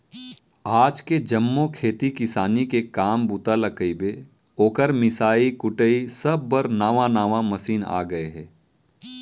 आज के जम्मो खेती किसानी के काम बूता ल कइबे, ओकर मिंसाई कुटई सब बर नावा नावा मसीन आ गए हे